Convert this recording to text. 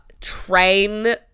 Train